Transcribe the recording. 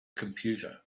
computer